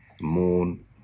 moon